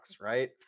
right